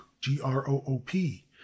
G-R-O-O-P